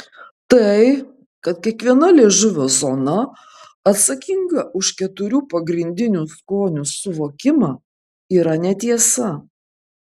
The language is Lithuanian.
tai kad kiekviena liežuvio zona atsakinga už keturių pagrindinių skonių suvokimą yra netiesa